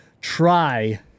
try